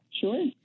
Sure